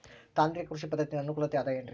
ತಾಂತ್ರಿಕ ಕೃಷಿ ಪದ್ಧತಿಯಿಂದ ಅನುಕೂಲತೆ ಅದ ಏನ್ರಿ?